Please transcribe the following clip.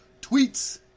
tweets